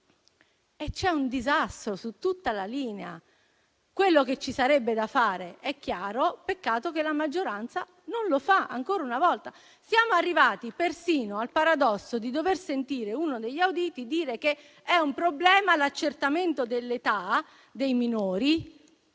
che è un disastro su tutta la linea. Quello che ci sarebbe da fare è chiaro, peccato che la maggioranza non lo fa, ancora una volta. Siamo arrivati persino al paradosso di dover sentire uno degli auditi dire che è un problema l'accertamento dell'età dei minori,